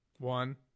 one